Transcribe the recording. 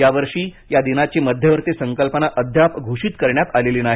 यावर्षी या दिनाची मध्यवर्ती संकल्पना अद्याप घोषित करण्यात आलेली नाही